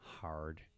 hard